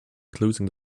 closing